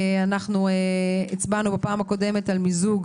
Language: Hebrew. אנחנו הצבענו בפעם הקודמת על מיזוג